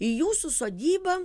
į jūsų sodybą